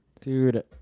Dude